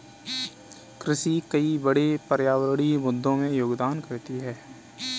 कृषि कई बड़े पर्यावरणीय मुद्दों में योगदान करती है